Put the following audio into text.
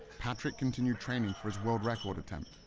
patrik continued training for his world record attempt,